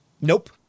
Nope